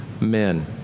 men